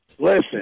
Listen